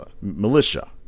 militia